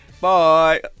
Bye